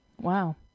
Wow